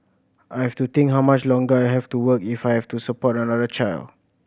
I have to think how much longer I have to work if I have to support another child